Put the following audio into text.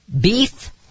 Beef